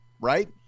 right